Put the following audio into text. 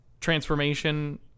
transformation